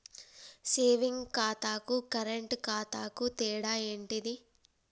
Saving ఖాతాకు current ఖాతాకు తేడా ఏంటిది?